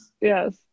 Yes